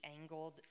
angled